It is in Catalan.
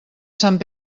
sant